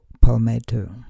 palmetto